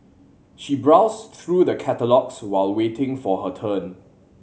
she browsed through the catalogues while waiting for her turn